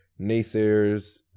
naysayers